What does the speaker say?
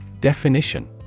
Definition